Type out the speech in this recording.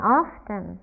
often